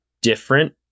different